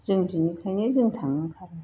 जों बिनिखायनो जों थांनो ओंखारो